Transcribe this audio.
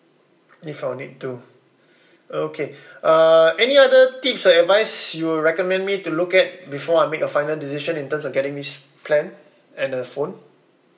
if I will need to okay uh any other tips or advise you would recommend me to look at before I make a final decision in terms of getting this plan and the phone